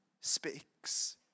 speaks